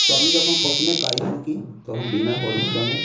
তো আমি যখন প্রথমে কাজ শিখি তখন বিনা পরিশ্রমে